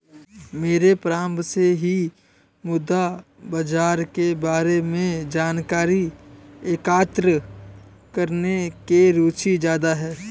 मेरी प्रारम्भ से ही मुद्रा बाजार के बारे में जानकारी एकत्र करने में रुचि ज्यादा है